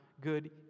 good